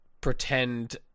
pretend